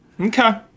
okay